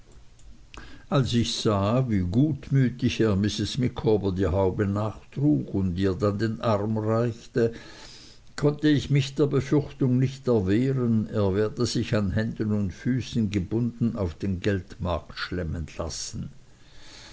als ich sah wie gutmütig er mrs micawber die haube nachtrug und ihr dann den arm reichte konnte ich mich der befürchtung nicht erwehren er werde sich an händen und füßen gebunden auf den geldmarkt schleppen lassen